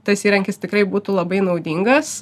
tas įrankis tikrai būtų labai naudingas